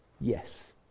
Yes